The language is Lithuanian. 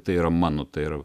tai yra mano tai yra